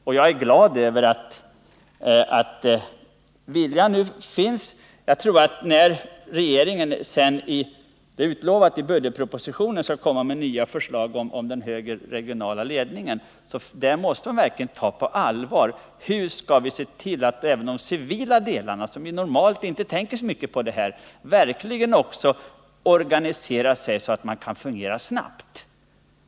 När regeringen kommer med förslag om högre regional ledning — det är utlovat till nästa års budgetproposition — måste man verkligen ta på allvar hur vi skall se till att även de civila delarna, som vi normalt inte tänker så mycket på, också organiseras så att de kan fungera snabbt.